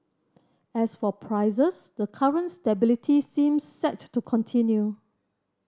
as for prices the current stability seems set to continue